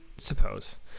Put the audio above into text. suppose